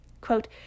Quote